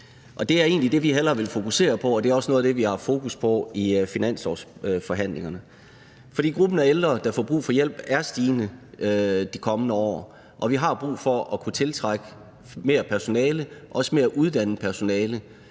egentlig det, vi hellere vil fokusere på, og det er også noget af det, vi har fokus på i finanslovsforhandlingerne. For gruppen af ældre, der har brug for hjælp, er stigende i de kommende år, og vi har brug for at kunne tiltrække mere personale, også uddannet personale,